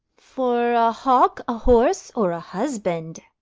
for a hawk, a horse, or a husband?